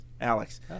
Alex